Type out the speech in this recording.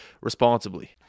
responsibly